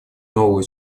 нового